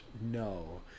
no